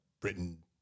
Britain